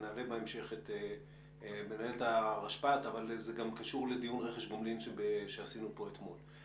ונעלה בהמשך את מנהלת הרשפ"ת לדיון רכש גומלין שעשינו פה אתמול.